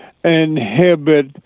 inhibit